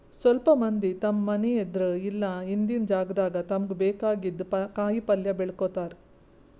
ಸ್ವಲ್ಪ್ ಮಂದಿ ತಮ್ಮ್ ಮನಿ ಎದ್ರ್ ಇಲ್ಲ ಹಿಂದಿನ್ ಜಾಗಾದಾಗ ತಮ್ಗ್ ಬೇಕಾಗಿದ್ದ್ ಕಾಯಿಪಲ್ಯ ಬೆಳ್ಕೋತಾರ್